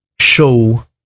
show